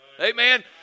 Amen